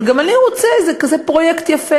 אבל גם אני רוצה את זה, זה כזה פרויקט יפה.